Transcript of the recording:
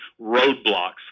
roadblocks